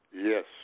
Yes